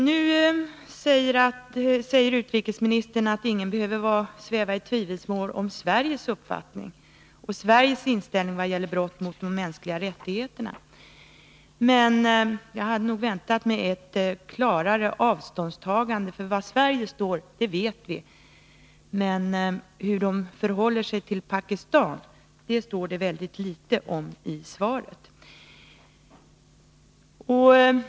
Nu säger utrikesministern att ingen behöver sväva i tvivelsmål om Sveriges uppfattning vad gäller brott mot de mänskliga rättigheterna. Jag hade nog väntat mig ett klarare avståndstagande, för var Sverige står vet vi. Men hur Sverige förhåller sig till Pakistan sägs det mycket litet om i svaret.